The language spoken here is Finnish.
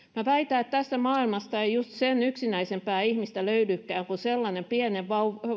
väitän että tästä maailmasta ei just sen yksinäisempää ihmistä löydykään kuin sellainen pienen